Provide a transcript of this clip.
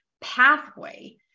pathway